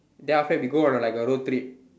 then after that we go on like a road trip